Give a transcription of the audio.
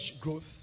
growth